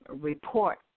report